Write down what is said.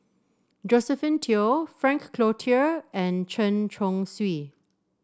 Josephine Teo Frank Cloutier and Chen Chong Swee